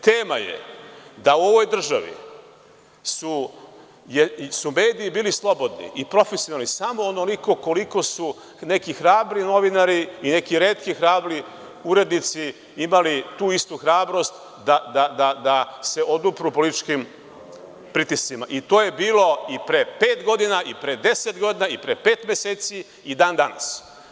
Tema je da su u ovoj državi mediji bili slobodni samo onoliko koliko su neki hrabri novinari i neki retki hrabri urednici imali tu istu hrabrost da se odupru političkim pritiscima, i to je bilo pre pet godina, pre 10 godina, i pre pet meseci, i dan danas.